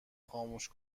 خاموش